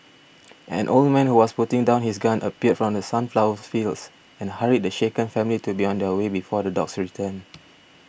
an old man who was putting down his gun appeared from the sunflower fields and hurried the shaken family to be on their way before the dogs return